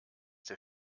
der